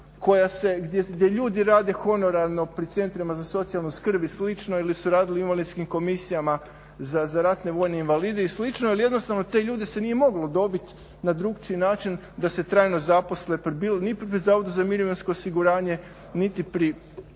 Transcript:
gdje ljudi rade honorarno pri Centrima za socijalnu skrb i slično ili su radili u invalidskim komisijama za ratne vojne invalide i sl., ali jednostavno te ljude se nije moglo dobiti na drugačiji način da se trajno zaposle niti pri Zavodu za mirovinsko osiguranje niti pri